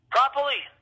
Properly